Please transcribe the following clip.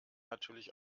natürlich